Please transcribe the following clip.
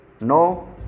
no